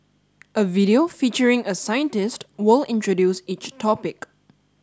a video featuring a scientist will introduce each topic